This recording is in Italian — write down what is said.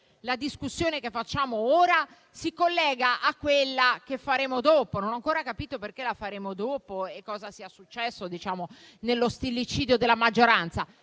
la discussione che facciamo ora si collega a quella che faremo dopo. Non ho ancora capito perché la faremo dopo e cosa sia successo nello stillicidio della maggioranza,